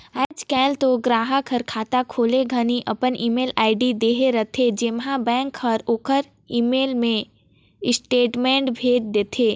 आयज कायल तो गराहक हर खाता खोले घनी अपन ईमेल आईडी देहे रथे जेम्हें बेंक हर ओखर ईमेल मे स्टेटमेंट भेज देथे